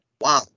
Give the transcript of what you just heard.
Wow